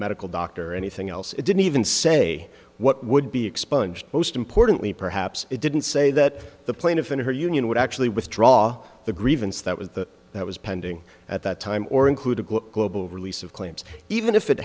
medical doctor or anything else it didn't even say what would be expunged most importantly perhaps it didn't say that the plaintiff in her union would actually withdraw the grievance that was that was pending at that time or include a global release of claims even if it